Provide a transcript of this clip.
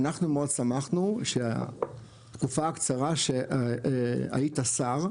אנחנו מאוד שמחנו שהתקופה הקצרה שהיית שר,